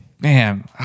Man